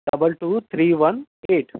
double two three one eight